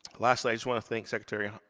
lastly, i just want to thank secretary